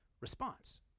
response